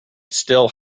still